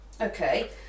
Okay